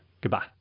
goodbye